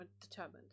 determined